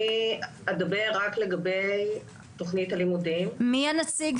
אני אדבר רק על תכנית הלימודים -- מי זה,